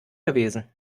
gewesen